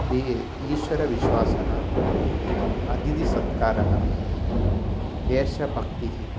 दीये ईश्वरविश्वासः अतिथिसत्कारः देशभक्तिः